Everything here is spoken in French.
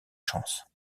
chance